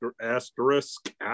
asterisk